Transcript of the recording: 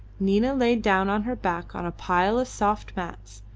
nina laid down on her back on a pile of soft mats,